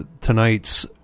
tonight's